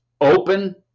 open